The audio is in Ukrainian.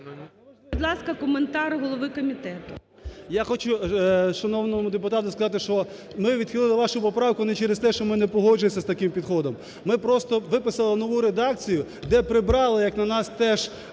Я хочу шановному депутату сказати, що ми відхилили вашу поправку не через те, що ми не погоджуємося з таким підходом. Ми просто виписали нову редакцію, де прибрали, як на нас, теж